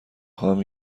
خواهم